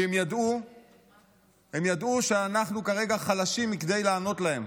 כי הם ידעו שאנחנו כרגע חלשים מכדי לענות להם.